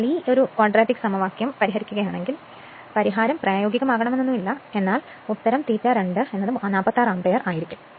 അതിനാൽ ഈ ക്വാഡ്രാറ്റിക് സമവാക്യം പരിഹരിക്കുകയാണെങ്കിൽ പരിഹാരം പ്രായോഗികമാകണമെന്നില്ല ഉത്തരം ∅ 2 46 ആമ്പിയർ ആയിരിക്കും